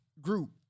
group